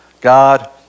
God